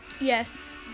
Yes